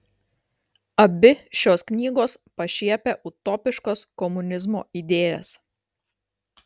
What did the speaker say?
abi šios knygos pašiepia utopiškas komunizmo idėjas